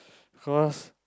cause